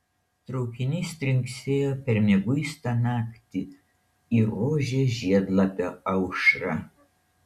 traukinys trinksėjo per mieguistą naktį į rožės žiedlapio aušrą